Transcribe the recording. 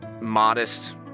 modest